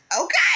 Okay